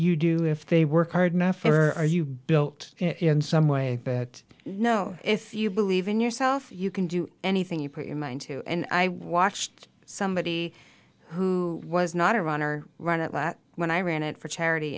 you do if they work hard enough or are you built in some way but you know if you believe in yourself you can do anything you put your mind to and i watched somebody who was not a runner runner at that when i ran it for charity